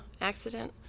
accident